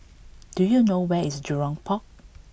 do you know where is Jurong Port